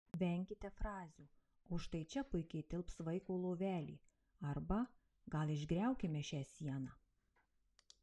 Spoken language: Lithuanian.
venkite frazių o štai čia puikiai tilps vaiko lovelė arba gal išgriaukime šią sieną